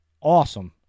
awesome